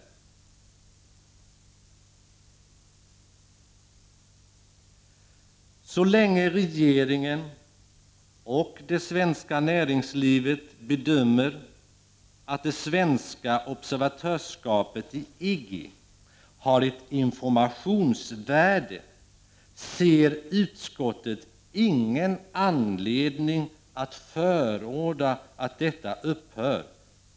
Så länge regeringen och det svenska näringslivet bedömer att det svenska observatörskapet i IGGI har ett informationsvärde, ser utskottet ingen anledning att förorda att detta upphör.